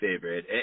favorite